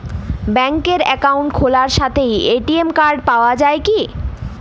ব্যাঙ্কে অ্যাকাউন্ট খোলার সাথেই এ.টি.এম কার্ড পাওয়া যায় কি?